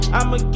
I'ma